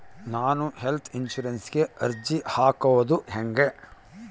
ನಾನು ಹೆಲ್ತ್ ಇನ್ಸುರೆನ್ಸಿಗೆ ಅರ್ಜಿ ಹಾಕದು ಹೆಂಗ?